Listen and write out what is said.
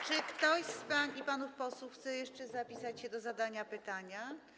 Czy ktoś z pań i panów posłów chce jeszcze zapisać się do zadania pytania?